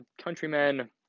Countrymen